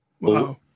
Wow